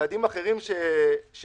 צעדים אחרים שקידמנו,